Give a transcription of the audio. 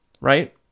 right